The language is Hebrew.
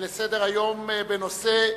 להצעות לסדר-היום בנושא: